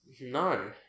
no